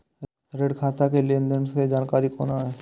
ऋण खाता के लेन देन के जानकारी कोना हैं?